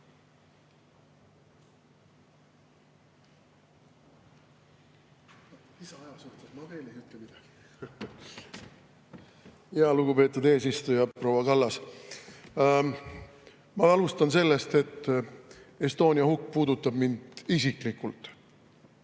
Lugupeetud eesistuja! Proua Kallas! Ma alustan sellest, et Estonia hukk puudutab mind isiklikult